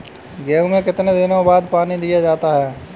गेहूँ में कितने दिनों बाद पानी दिया जाता है?